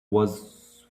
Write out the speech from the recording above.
was